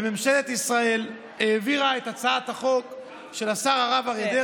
בממשלת ישראל שהעבירה את הצעת החוק של השר אריה דרעי,